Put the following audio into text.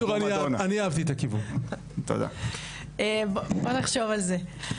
בוא נחשוב על זה.